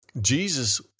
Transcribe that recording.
Jesus